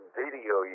video